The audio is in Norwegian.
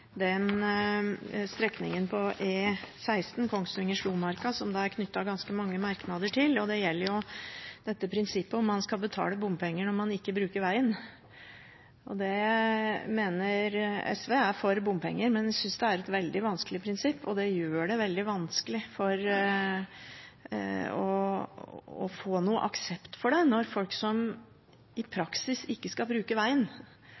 strekningen E16 Kongsvinger–Slomarka, som det er knyttet ganske mange merknader til. Det gjelder dette prinsippet om hvorvidt man skal betale bompenger når man ikke bruker vegen. SV er for bompenger, men vi synes det er et veldig vanskelig prinsipp, og det gjør det veldig vanskelig å få noen aksept for det når folk som i praksis ikke skal bruke